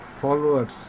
followers